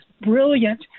brilliant